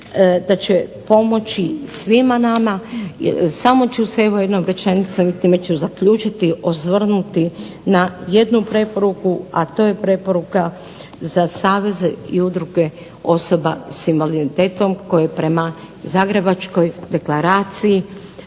da će pomoći svima nama. Samo ću se evo jednom rečenicom i time ću zaključiti osvrnuti na jednu preporuku, a to je preporuka za saveze i udruge osoba sa invaliditetom koja je prema Zagrebačkoj deklaraciji